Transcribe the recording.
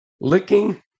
licking